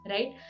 Right